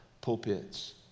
pulpits